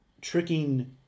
tricking